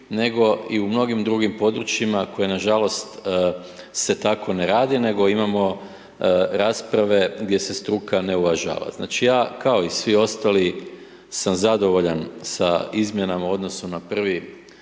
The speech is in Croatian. nego i u mnogim drugim područjima kojima nažalost se tako ne radi nego imamo rasprave gdje se struka ne uvažava. Znači ja, kao i svi ostali, sam zadovoljan sa izmjenama u odnosu na prvo